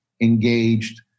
engaged